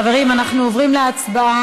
חברים, אנחנו עוברים להצבעה.